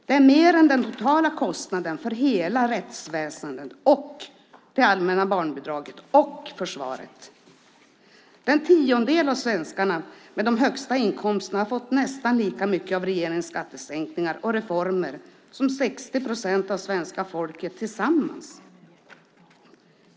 Det är mer än den totala kostnaden för hela rättsväsendet och det allmänna bidraget och försvaret. Den tiondel av svenskarna som har de högsta inkomsterna har fått nästan lika mycket av regeringens skattesänkningar och reformer som 60 procent av svenska folket tillsammans.